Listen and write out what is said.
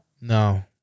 No